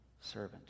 servant